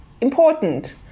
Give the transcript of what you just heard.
important